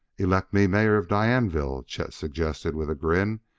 elect me mayor of dianeville, chet suggested with a grin,